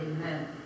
Amen